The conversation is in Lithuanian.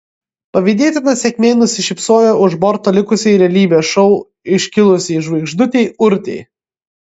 pavydėtina sėkmė nusišypsojo už borto likusiai realybės šou iškilusiai žvaigždutei urtei